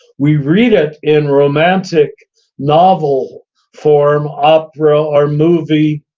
we read it in romantic novel form, opera, or movie,